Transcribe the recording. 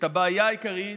את הבעיה העיקרית,